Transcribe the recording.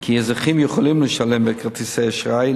כי אזרחים יכולים לשלם בכרטיסי אשראי,